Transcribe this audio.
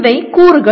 இவை கூறுகள்